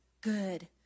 good